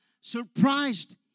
surprised